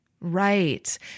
Right